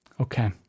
Okay